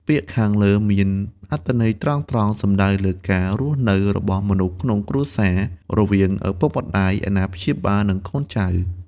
ពាក្យខាងលើមានអត្ថន័យត្រង់ៗ សំដៅលើការរស់នៅ របស់មនុស្សក្នុងគ្រួសារ រវាងឪពុកម្តាយ អាណាព្យាបាល និងកូនចៅ។